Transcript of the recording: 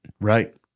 Right